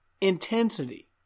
intensity